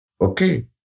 Okay